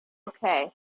okay